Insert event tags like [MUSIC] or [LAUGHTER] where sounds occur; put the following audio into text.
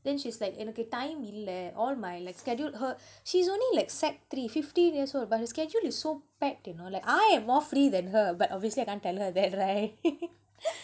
then she's like எனக்கு:enakku time இல்ல:illa all my like schedule her she's only like sec three fifteen years old but her schedule is so packed you know like I am more free than her but obviously I can't tell her that right [LAUGHS]